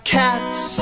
cats